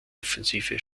offensive